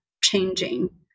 changing